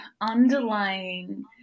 underlying